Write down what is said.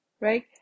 right